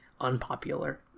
unpopular